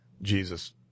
Jesus